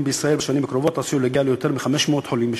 בישראל בשנים הקרובות עשוי להגיע ליותר מ-500 חולים בשנה,